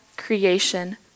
creation